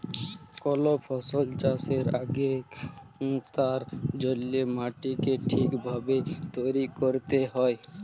call ফসল চাষের আগেক তার জল্যে মাটিকে ঠিক ভাবে তৈরী ক্যরতে হ্যয়